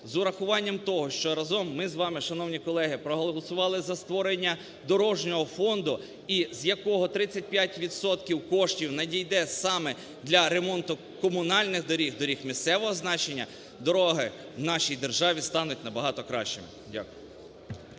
з урахуванням того, що разом ми з вами, шановні колеги, проголосували за створення дорожнього фонду і з якого 35 відсотків коштів надійде саме для ремонтну комунальних доріг, доріг місцевого значення, дороги в нашій державі стануть набагато кращими. Дякую.